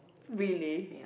really